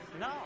no